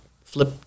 flip